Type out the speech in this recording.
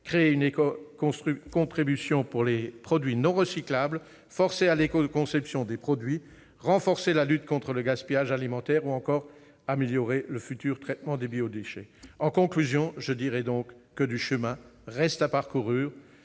créer une éco-contribution sur les produits non recyclables, à forcer à l'éco-conception des produits, à renforcer la lutte contre le gaspillage alimentaire ou encore à améliorer le futur traitement des biodéchets. En conclusion, je dirai que du chemin reste à parcourir,